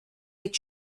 mit